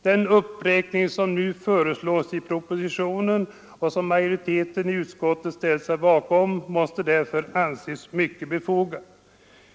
Den uppräkning som nu föreslås i propositionen och som majoriteten i utskottet ställt sig bakom måste därför anses mycket befogad.